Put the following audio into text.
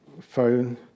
phone